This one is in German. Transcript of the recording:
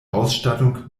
ausstattung